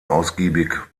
ausgiebig